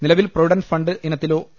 നിലവിൽ provident fund ഇനത്തിലോ E